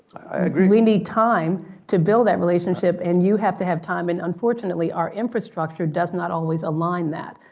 i agree. we need time to build that relationship and you have to have time. and unfortunately, our infrastructure does not always align that,